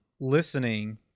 listening